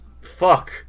Fuck